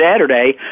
Saturday